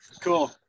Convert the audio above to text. Cool